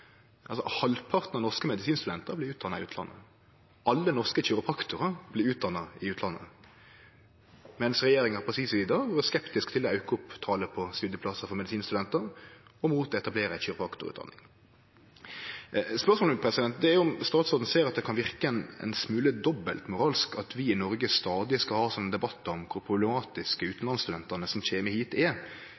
Halvparten av norske medisinstudentar blir utdanna i utlandet. Alle norske kiropraktorar blir utdanna i utlandet. Regjeringa på si side var skeptisk til å auke talet på studieplassar for medisinstudentar, og imot å etablere ei kiropraktorutdanning. Spørsmålet mitt er om statsråden ser at det verkar ein smule dobbeltmoralsk at vi i Noreg stadig skal ha debattar om kor problematisk utanlandsstudentane som kjem hit, er,